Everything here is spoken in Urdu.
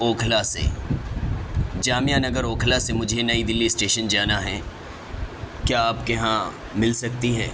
اوکھلا سے جامعہ نگر اوکھلا سے مجھے نئی دلی اسٹیشن جانا ہے کیا آپ کے یہاں مل سکتی ہیں